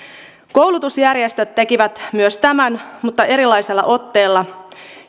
koulutusjärjestöt tekivät tämän mutta erilaisella otteella